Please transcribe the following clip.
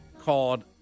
called